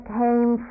came